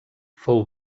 fou